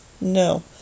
no